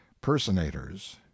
personators